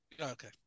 Okay